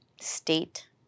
state